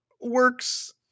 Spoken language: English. works